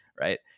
right